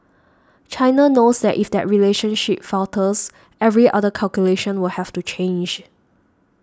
China knows that if that relationship falters every other calculation will have to change